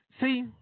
See